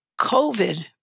COVID